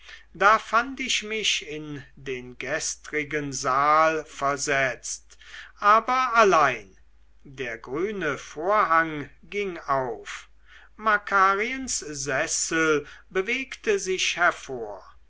da fand ich mich in den gestrigen saal versetzt aber allein der grüne vorhang ging auf makariens sessel bewegte sich hervor